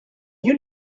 you